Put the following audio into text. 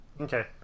Okay